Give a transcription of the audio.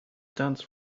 dance